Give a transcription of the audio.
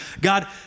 God